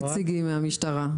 היו כאן נציגים מהמשטרה.